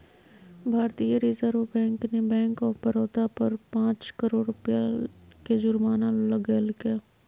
भारतीय reserve bank ने bank of Baroda पर पांच करोड़ रुपया के जुर्माना लगैलके